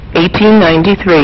1893